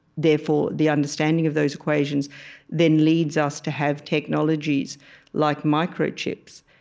therefore, the understanding of those equations then leads us to have technologies like microchips?